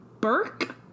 Burke